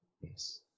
Yes